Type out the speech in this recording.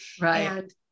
Right